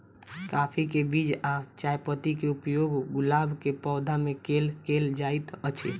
काफी केँ बीज आ चायपत्ती केँ उपयोग गुलाब केँ पौधा मे केल केल जाइत अछि?